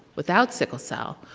without sickle cell,